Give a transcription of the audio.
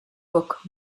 bok